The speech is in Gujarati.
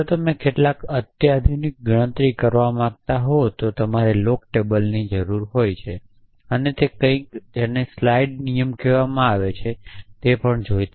જો તમે કેટલાક અત્યાધુનિક ગણતરી કરવા માંગતા હો તો તમારે લોગ ટેબલની જરૂર હતી અને કંઈક જેને સ્લાઇડ નિયમ કહેવામાં આવે છે તે પણ જોઈતા